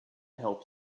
help